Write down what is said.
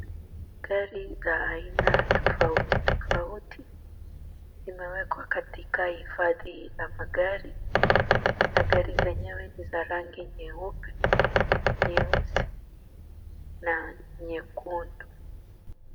Gari za aina tofauti tofauti zimewekwa katika hifadhi ya magari. Magari zenyewe ni za rangi nyeupe, nyeusi na nyekundu.